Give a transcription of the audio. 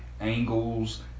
angles